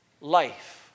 Life